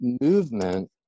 movement